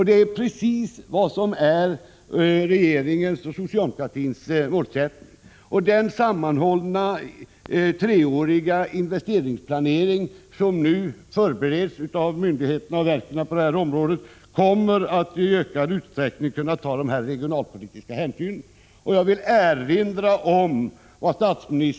Det är precis vad som är regeringens och socialdemokratins målsättning. Den sammanhållna treåriga investeringsplanering som nu förbereds av myndigheterna och verken på detta område kommer att i ökad utsträckning kunna ta dessa regionalpolitiska hänsyn. Jag vill erinra om vad statsministern — Prot.